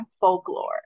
folklore